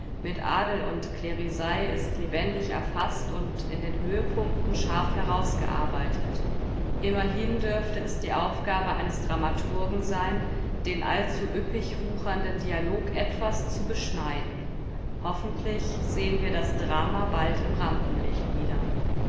mit adel und klerisei ist lebendig erfaßt und in den höhepunkten scharf herausgearbeitet immerhin dürfte es die aufgabe eines dramaturgen sein den allzu üppig wuchernden dialog etwas zu beschneiden hoffentlich sehen wir das drama bald im rampenlicht wieder